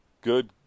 good